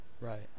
Right